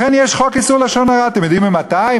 לכן יש חוק איסור לשון הרע, אתם יודעים ממתי?